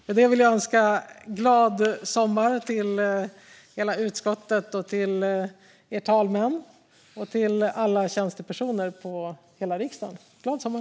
Med det vill jag önska glad sommar till hela utskottet, till talmännen och till alla tjänstepersoner på hela riksdagen. Glad sommar!